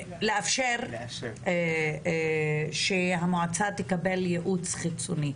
לאפשר שהמועצה תקבל ייעוץ חיצוני,